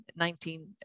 19